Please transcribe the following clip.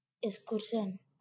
excursión